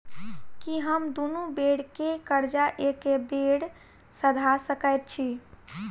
की हम दुनू बेर केँ कर्जा एके बेर सधा सकैत छी?